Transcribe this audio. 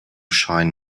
shine